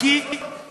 אתה נותן המלצות?